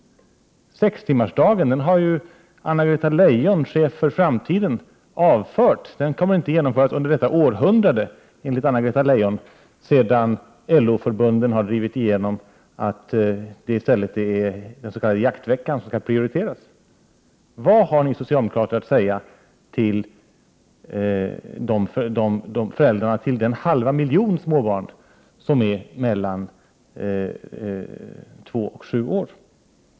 Sextimmarsdagen har Anna-Greta Leijon, chef för framtiden, avfört. Den kommer enligt Anna-Greta Leijon inte att genomföras under detta århundrade. LO-förbunden har ju drivit igenom att den s.k. jaktveckan skall prioriteras. Vad har ni socialdemokrater att säga till föräldrarna till den halva miljon småbarn som är mellan två och sju år?